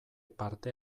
parte